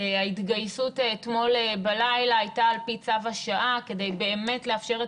ההתגייסות אתמול בלילה הייתה על פי צו השעה כדי באמת לאפשר את